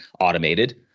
automated